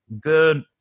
good